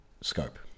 scope